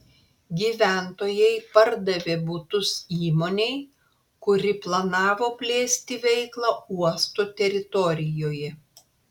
gyventojai pardavė butus įmonei kuri planavo plėsti veiklą uosto teritorijoje